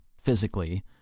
physically